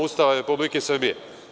Ustava Republike Srbije.